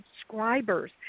subscribers